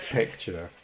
picture